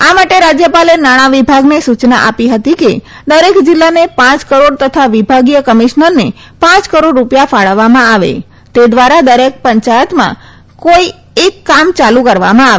આ માટે રાજ્યપાલે નાણાં વિભાગને સૂયના આપી હતી કે દરેક જિલ્લાને પાંચ કરોડ તથા વિભાગીય કમિશનરને પાંચ કરોડ રૂપિયા ફાળવવામાં આવે તે દ્વારા દરેક પંચાયતમાં કોઈ એક કામ યાલુ કરવામાં આવે